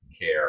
care